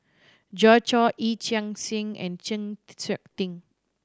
Joi Chua Yee Chia Hsing and Chng Seok Tin